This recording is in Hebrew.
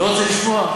לא רוצה לשמוע?